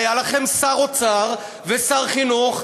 היו לכם שר אוצר ושר חינוך,